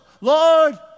Lord